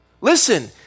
Listen